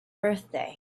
birthday